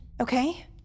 Okay